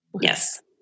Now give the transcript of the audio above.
Yes